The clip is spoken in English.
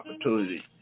opportunity